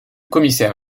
commissaire